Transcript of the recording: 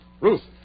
Ruth